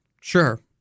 Sure